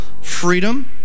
freedom